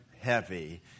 heavy